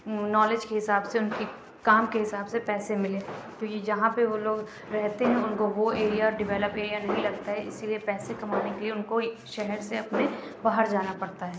knowledge کے حساب سے اُن کی کام کے حساب سے پیسے ملیں تو یہ جہاں پہ وہ لوگ رہتے ہیں اُن کو وہ ایریا ڈیولپ ایریا نہیں لگتا ہے اِسی لیے پیسے کمانے کے لیے اُن کو شہر سے اپنے باہر جانا پڑتا ہے